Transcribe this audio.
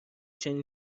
چنین